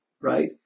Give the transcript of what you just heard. right